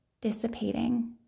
dissipating